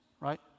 right